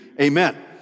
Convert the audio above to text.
Amen